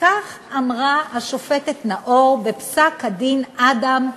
כך אמרה השופטת נאור בפסק-הדין אדם,